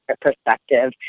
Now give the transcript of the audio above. perspective